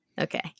Okay